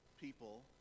people